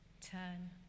turn